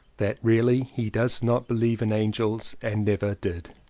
that really he does not believe in angels and never did.